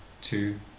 two